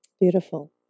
beautiful